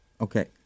Okay